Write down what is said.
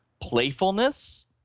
playfulness